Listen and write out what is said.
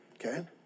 okay